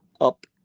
up